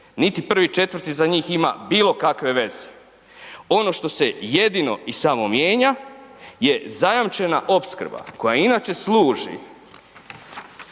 niti 1.4. za njih ima bilo kakve veze. Ono što se jedino i samo mijenja je zajamčena opskrba koja inače služi